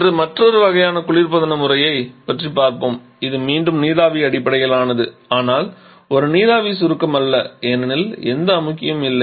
இன்று மற்றொரு வகையான குளிர்பதன முறையைப் பற்றி பார்ப்போம் இது மீண்டும் நீராவி அடிப்படையிலானது ஆனால் ஒரு நீராவி சுருக்கமல்ல ஏனெனில் எந்த அமுக்கியும் இல்லை